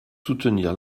soutenir